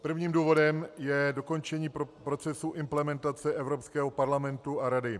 Prvním důvodem je dokončení procesu implementace Evropského parlamentu a Rady.